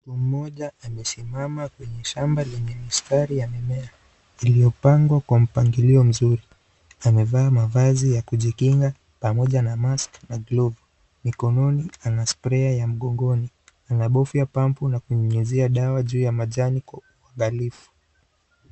Mtu mmoja amesimama kwenye shamba lenye misitari ya mimea iliopandwa kwa mpangilio mzuri, amevaa mavazi ya kujikinga pamoja na maski na glavu, mikononi ana spray ya mgongoni anabofya pampu na kunyunyuzia dawa juu ya machani kwa uangalifu.